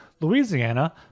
Louisiana